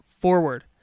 forward